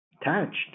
attached